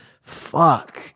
fuck